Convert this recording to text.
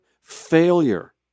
failure